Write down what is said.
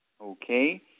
Okay